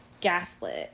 gaslit